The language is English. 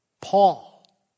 Paul